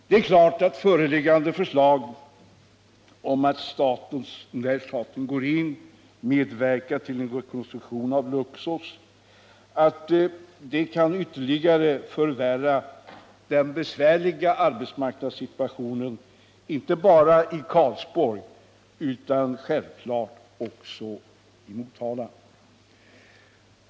Det är klart att föreliggande förslag om att staten bör medverka till en rekonstruktion av Luxor kan ytterligare förvärra den besvärliga arbetsmarknadssituationen, inte bara i Karlsborg utan självfallet också i Motala.